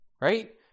Right